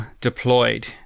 deployed